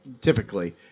typically